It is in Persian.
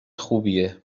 خوبیه